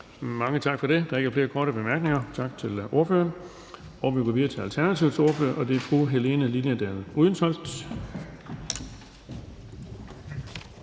Mange tak for det. Der er ikke flere korte bemærkninger. Tak til ordføreren. Vi går videre til Alternativets ordfører, og det er fru Helene Liliendahl Brydensholt.